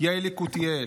יעל יקותיאל,